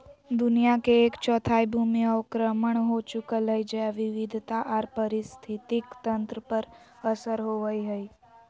दुनिया के एक चौथाई भूमि अवक्रमण हो चुकल हई, जैव विविधता आर पारिस्थितिक तंत्र पर असर होवई हई